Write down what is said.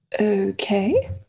Okay